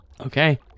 okay